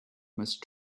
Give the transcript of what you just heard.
must